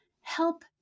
help